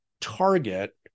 target